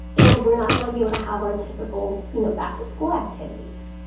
and we're not gonna all be able to have our typical, you know, back-to-school activities.